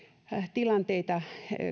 tilanteita